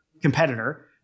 competitor